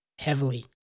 heavily